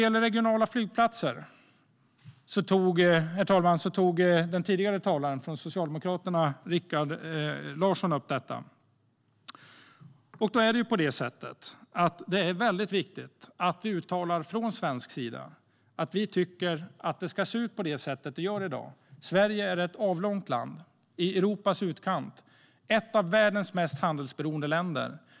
Herr talman! Socialdemokraternas Rikard Larsson tog upp de regionala flygplatserna. Det är viktigt att vi från svensk sida uttalar att det ska se ut som det gör i dag. Sverige är ett avlångt land i Europas utkant. Vi är ett av världens mest handelsberoende länder.